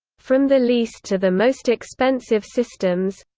from the least to the most expensive systems